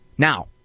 Now